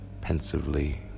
pensively